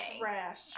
Trash